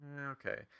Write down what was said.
Okay